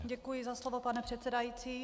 Děkuji za slovo, pane předsedající.